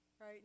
right